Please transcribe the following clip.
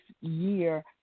year